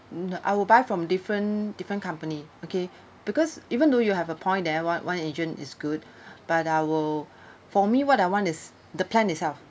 I will buy from different different company okay because even though you have a point there one one agent is good but I'll for me what I want is the plan itself